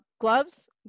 gloves